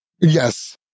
Yes